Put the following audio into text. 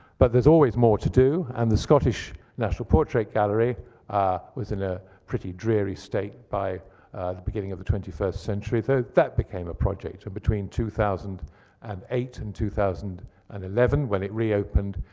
but there's always more to do, and the scottish national portrait gallery was in a pretty dreary state by the beginning of the twenty first century. that became a project, and between two thousand and eight and two thousand and eleven when it reopened,